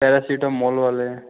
paracetamol वाले